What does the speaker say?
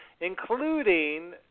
including